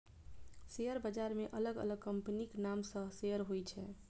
share बाजार मे अलग अलग कंपनीक नाम सं शेयर होइ छै